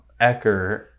Ecker